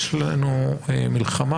יש לנו מלחמה,